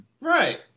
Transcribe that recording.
Right